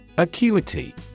Acuity